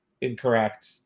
incorrect